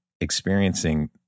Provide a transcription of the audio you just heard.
experiencing